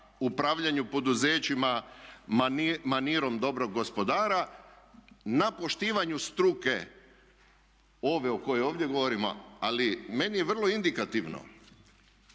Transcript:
upravljanju poduzećima manirom dobrog gospodara, na poštivanju struke ove o kojoj ovdje govorimo. Ali meni je vrlo indikativno,